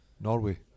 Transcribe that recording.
Norway